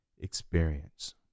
experience